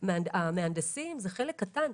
מהנדסים הם חלק קטן.